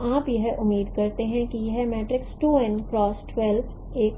तो आप यह उम्मीद करते हैं कि यह मैट्रिक्स का